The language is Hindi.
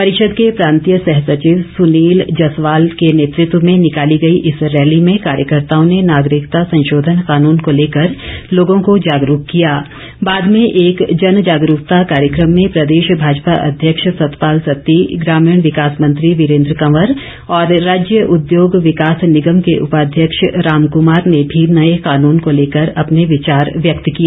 परिषद के प्रांतीय सहसचिव सुनील जसवाल के नेतृत्व में निकाली गई इस रैली में कार्यकर्ताओं ने नागरिकता संशोधन कानून को लेकर लोगों को जागरूक किया ै बाद में एक जनजागरूकता कार्यक्रम में प्रदेश भाजपा अध्यक्ष सतपाल सत्ती ग्रामीण विकास मंत्री वीरेन्द्र कंवर और राज्य उद्योग विकास निगम के उपाध्यक्ष राम कमार ने भी नए कानून को लेकर अपने विचार व्यक्त किए